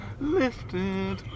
lifted